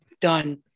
done